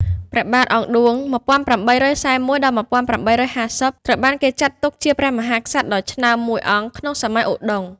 ព្រះបាទអង្គឌួង (១៨៤១-១៨៥០) ត្រូវបានគេចាត់ទុកជាព្រះមហាក្សត្រដ៏ឆ្នើមមួយអង្គក្នុងសម័យឧដុង្គ។